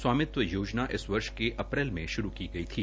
स्वामित्व योजना इस वर्ष के अप्रक्ष में श्रू की गई थी